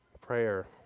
prayer